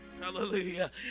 Hallelujah